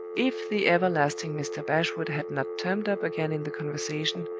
if the everlasting mr. bashwood had not turned up again in the conversation,